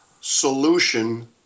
solution